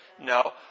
No